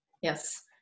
yes